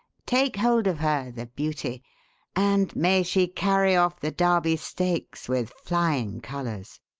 take hold of her, the beauty and may she carry off the derby stakes with flying colours.